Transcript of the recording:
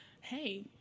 Hey